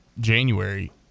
January